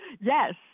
yes